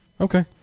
Okay